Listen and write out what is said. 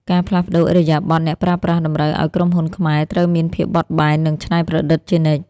ការផ្លាស់ប្តូរឥរិយាបថអ្នកប្រើប្រាស់តម្រូវឱ្យក្រុមហ៊ុនខ្មែរត្រូវមានភាពបត់បែន និងច្នៃប្រឌិតជានិច្ច។